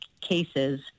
cases